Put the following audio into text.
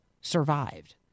survived